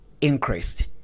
increased